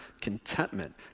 contentment